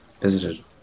visited